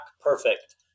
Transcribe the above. perfect